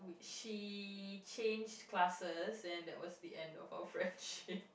she changed classes and that was the end of our friendship